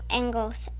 angles